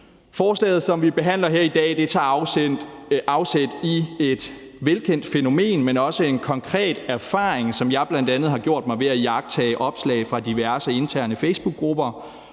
Forslaget, som vi behandler her i dag, tager afsæt i et velkendt fænomen, men også en konkret erfaring, som jeg bl.a. har gjort mig ved at iagttage opslag fra diverse interne facebookgrupper,